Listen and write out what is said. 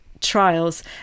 trials